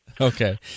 Okay